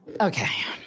Okay